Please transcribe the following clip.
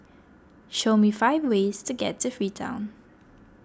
show me five ways to get to Freetown